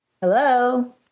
Hello